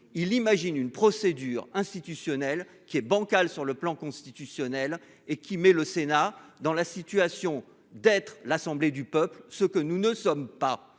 il imagine une procédure institutionnelle qui est bancal sur le plan constitutionnel et qui met le Sénat dans la situation d'être l'Assemblée du peuple, ce que nous ne sommes pas